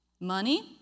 money